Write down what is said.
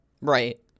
Right